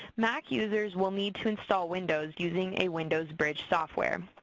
mac users will need to install windows using a windows bridge software.